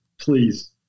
please